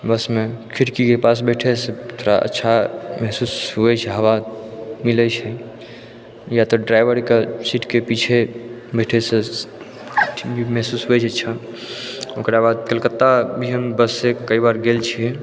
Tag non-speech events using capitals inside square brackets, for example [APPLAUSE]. बस मे खिड़की के पास बैठै से यात्रा अच्छा महसूस होइ छै हवा मिलै छै या तऽ ड्राइवरके सीट के पीछे बैठै से [UNINTELLIGIBLE] ओकरा बाद कलकत्ता भी हम बस से कई बार गेल छियै